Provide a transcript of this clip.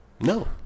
No